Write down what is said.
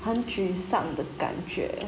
很沮丧的感觉